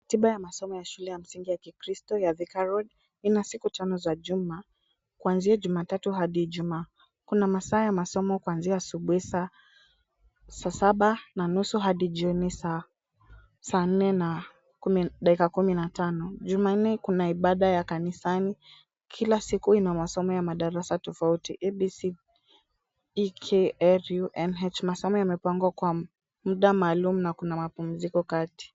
Tiba ya masomo ya shule ya msingi ya Kikristo ya Thika Road ina siku tano za juma, kuanzia Jumatatu hadi Ijumaa. Kuna masaa ya masomo kuanzia asubuhi saa saba na nusu hadi jioni saa nne na dakika kumi na tano. Jumanne kuna ibada ya kanisani. Kila siku ina masomo ya madarasa tofauti. ABC EKRU NH masomo yamepangwa kwa muda maalum na kuna mapumziko kati.